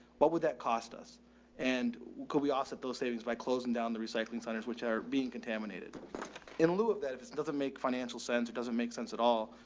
what would that cost us and can we offset those savings by closing down the recycling centers which are being contaminated in lieu of that. if it doesn't make financial sense, it doesn't make sense at all.